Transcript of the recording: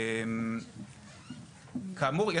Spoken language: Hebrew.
כאמור,